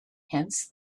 hence